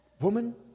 Woman